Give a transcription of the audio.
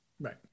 Right